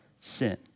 sin